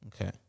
Okay